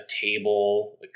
table